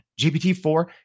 GPT-4